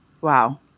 Wow